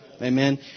Amen